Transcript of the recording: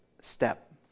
step